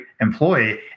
employee